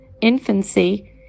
infancy